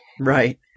Right